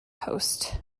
host